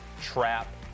trap